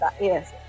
yes